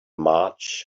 march